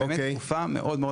תודה.